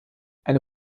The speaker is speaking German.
eine